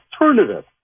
alternative